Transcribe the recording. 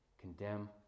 condemn